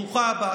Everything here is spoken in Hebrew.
ברוכה הבאה.